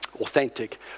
authentic